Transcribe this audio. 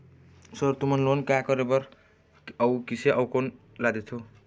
Sir तुमन loan का का करें बर, किसे अउ कोन कोन ला देथों?